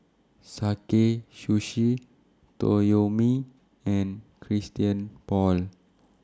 Sakae Sushi Toyomi and Christian Paul